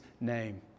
name